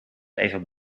even